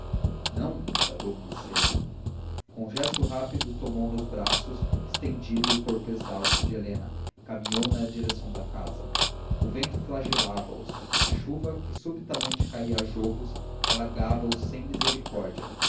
não bradou o mancebo com um gesto rápido tomou nos braços estendido o corpo exausto de helena e caminhou na direção da casa o vento flagelava os a chuva que subitamente caía a jorros alagava os sem misericórdia